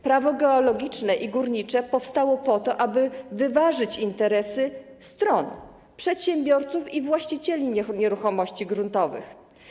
Prawo geologiczne i górnicze powstało po to, aby wyważyć interesy stron, przedsiębiorców i właścicieli nieruchomości gruntowych.